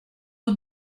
aux